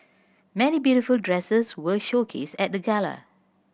many beautiful dresses were showcased at the gala